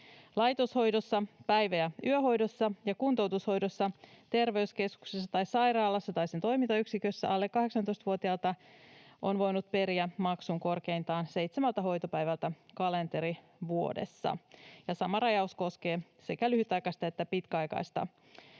Laitoshoidossa, päivä- ja yöhoidossa ja kuntoutushoidossa terveyskeskuksessa tai sairaalassa tai sen toimintayksikössä alle 18-vuotiailta on voinut periä maksun korkeintaan seitsemältä hoitopäivältä kalenterivuodessa. Ja sama rajaus koskee sekä lyhytaikaista että pitkäaikaista